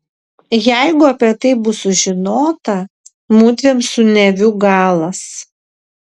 jeigu apie tai bus sužinota mudviem su neviu galas